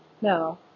No